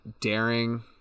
daring